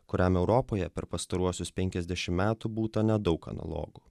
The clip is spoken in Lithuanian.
kuriam europoje per pastaruosius penkiasdešimt metų būta nedaug analogų